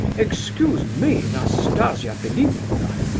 excuse me, nastasia philipovna,